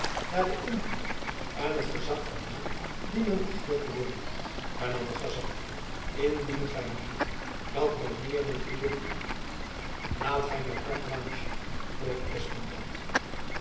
naar den invloed en het gezach van hen die men begeert te winnen hernam de gezant indien gy meent dat men meer moet bieden laat gy my carte blanche vroeg